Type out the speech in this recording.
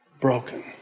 broken